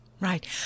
Right